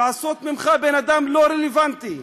לעשות ממך בן-אדם לא רלוונטי,